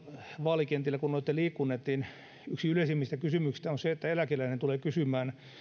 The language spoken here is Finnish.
vaalikentillä kun olette liikkuneet yksi yleisimmistä kysymyksistä on se kun eläkeläinen tulee kysymään että